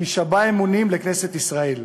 להישבע אמונים לכנסת ישראל.